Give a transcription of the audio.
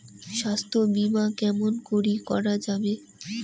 স্বাস্থ্য বিমা কেমন করি করা যাবে?